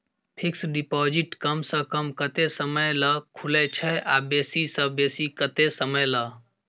Fixed deposit कम स कम कत्ते समय ल खुले छै आ बेसी स बेसी केत्ते समय ल?